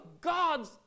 God's